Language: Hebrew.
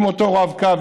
עם אותו רב-קו,